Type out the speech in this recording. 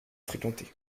fréquentée